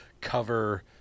cover